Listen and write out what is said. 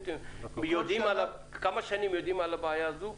אתם יודעים על הבעיה הזו?